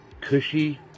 cushy